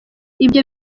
ibyo